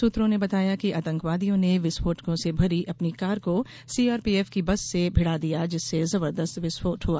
सूत्रों ने बताया कि आतंकवादियों ने विस्फोटकों से भरी अपनी कार को सी आर पी एफ की बस से भिड़ा दिया जिससे जबरदस्त विस्फोट हुआ